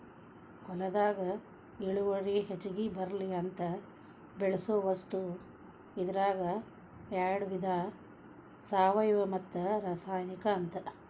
ಹೊಲದಾಗ ಇಳುವರಿ ಹೆಚಗಿ ಬರ್ಲಿ ಅಂತ ಬಳಸು ವಸ್ತು ಇದರಾಗ ಯಾಡ ವಿಧಾ ಸಾವಯುವ ಮತ್ತ ರಾಸಾಯನಿಕ ಅಂತ